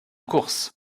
course